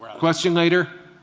questions later?